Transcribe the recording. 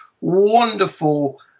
wonderful